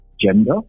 gender